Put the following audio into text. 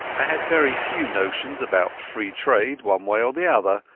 i had very few notions about free trade one way or the other,